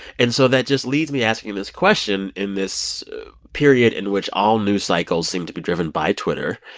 and so that just leads me asking this question, in this period in which all news cycles seem to be driven by twitter,